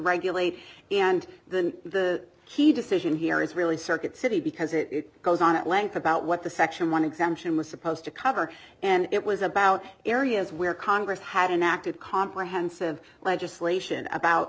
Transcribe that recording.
regulate and then the key decision here is really circuit city because it goes on at length about what the section one exemption was supposed to cover and it was about areas where congress hadn't acted comprehensive legislation